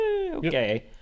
okay